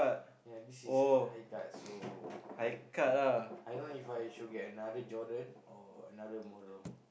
yeah this is high cut so I don't know If I should get another Jordan or another model